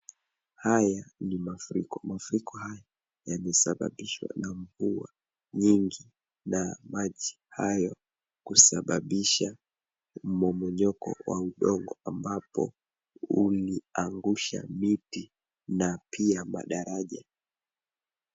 Haya ni mafuriko. Mafuriko haya yamesababishwa na mvua nyingi na maji hayo kusababisha mmomonyoko wa udongo ambapo uliangusha miti na pia madaraja.